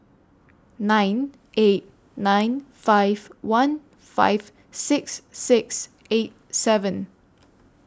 nine eight nine five one five six six eight seven